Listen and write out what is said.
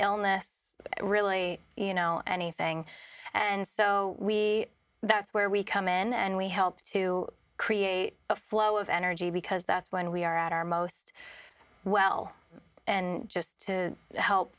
illness really you know anything and so we that's where we come in and we help to create a flow of energy because that's when we are at our most well and just to help